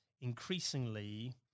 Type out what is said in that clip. increasingly